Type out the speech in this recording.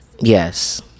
Yes